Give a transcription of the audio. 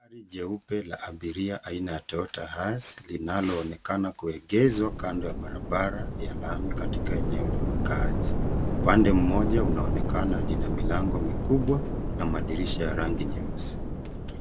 Gari jeupe la abiria aina ya Toyota Hiace linaloonekana kuegeshwa kando ya barabara ya lami katika eneo la makazi. Pande mmoja unaonekana ina milango mikubwa na madirisha ya rangi nyeusi.